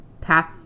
path